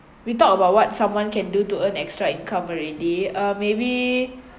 we talk about what someone can do to earn extra income already um maybe